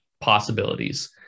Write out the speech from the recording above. possibilities